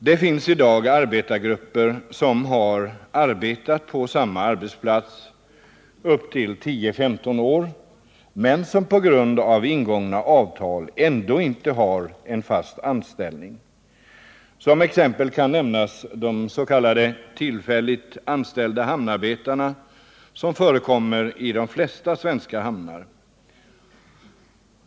Det finns i dag arbetargrupper som har arbetat på samma arbetsplats i upp till 10-15 år men som på grund av ingångna avtal ändå inte har en fast anställning. Som exempel kan nämnas de s.k. tillfälligt anställda hamnarbetarna, som finns i de flesta svenska hamnar.